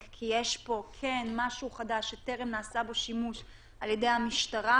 כי יש פה משהו חדש שטרם נעשה בו שימוש על ידי המשטרה,